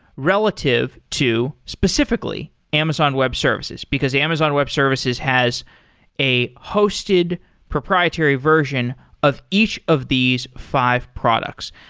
relative to, specifically, amazon web services, because amazon web services has a hosted proprietary version of each of these five products.